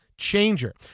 changer